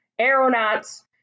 aeronauts